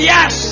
Yes